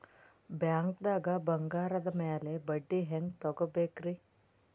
ಬ್ಯಾಂಕ್ದಾಗ ಬಂಗಾರದ್ ಮ್ಯಾಲ್ ಬಡ್ಡಿ ಹೆಂಗ್ ತಗೋಬೇಕ್ರಿ?